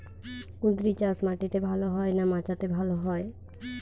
কুঁদরি চাষ মাটিতে ভালো হয় না মাচাতে ভালো হয়?